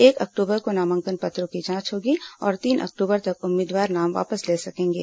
एक अक्टूबर को नामांकन पत्रों की जांच होगी और तीन अक्टूबर तक उम्मीदवार नाम वापस ले सकेंगे